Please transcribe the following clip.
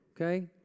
Okay